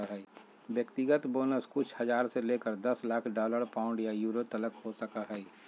व्यक्तिगत बोनस कुछ हज़ार से लेकर दस लाख डॉलर, पाउंड या यूरो तलक हो सको हइ